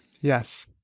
Yes